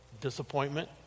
disappointment